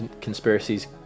conspiracies